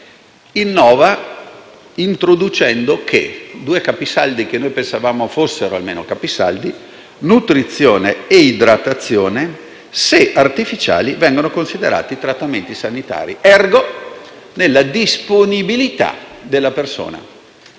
innova introducendo due capisaldi, che almeno pensavamo fossero tali: la nutrizione e l'idratazione, se "artificiali", vengono considerati trattamenti sanitari, *ergo* nella disponibilità della persona.